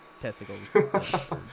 testicles